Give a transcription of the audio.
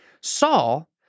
Saul